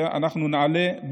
ואנחנו נעלה,